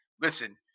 listen